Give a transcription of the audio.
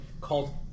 called